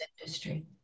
industry